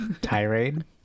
Tirade